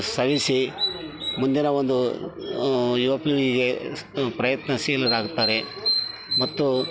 ಸವೆಸಿ ಮುಂದಿನ ಒಂದು ಯುವ ಪೀಳಿಗೆಗೆ ಪ್ರಯತ್ನಶೀಲರಾಗ್ತಾರೆ ಮತ್ತು